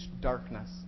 darkness